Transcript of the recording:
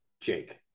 jake